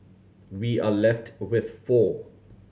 we are left with four